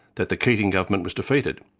that the keating government was defeated.